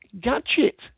gadget